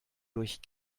durch